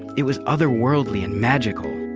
it was otherworldly and magical,